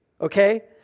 okay